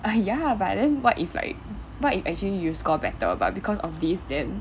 ah ya but then what if like what if actually you score better but because of this then